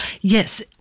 yes